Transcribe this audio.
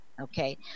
Okay